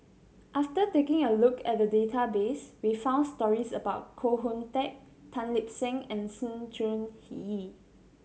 after taking a look at database we found stories about Koh Hoon Teck Tan Lip Seng and Sng Choon Yee